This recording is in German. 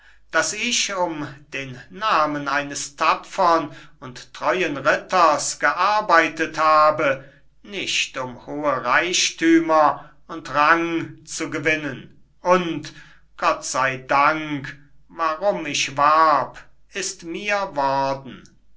daß ich um den namen eines tapfern und treuen ritters gearbeitet habe nicht um hohe reichtümer und rang zu gewinnen und gott sei dank worum ich warb ist mir worden